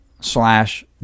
slash